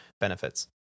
benefits